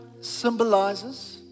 symbolizes